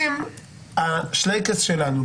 אם השלייקס שלנו,